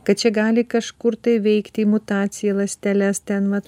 kad čia gali kažkur tai veikti mutacija į ląsteles ten vat